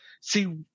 See